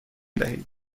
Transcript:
دهید